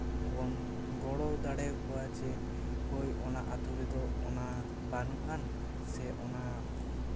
ᱵᱚᱱ ᱜᱚᱲᱚ ᱫᱟᱲᱮ ᱠᱚᱣᱟ ᱡᱮ ᱦᱳᱭ ᱚᱱᱟ ᱟᱛᱳ ᱨᱮᱫᱚ ᱚᱱᱟ ᱵᱟᱹᱱᱩᱜ ᱟᱱ ᱥᱮ ᱚᱱᱟ